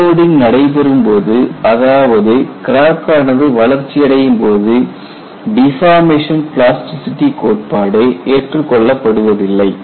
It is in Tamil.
அன்லோடிங் நடைபெறும்போது அதாவது கிராக் ஆனது வளர்ச்சி அடையும்போது டிஃபார்மேஷன் பிளாஸ்டிசிட்டி கோட்பாடு ஏற்றுக்கொள்ளப்படுவதில்லை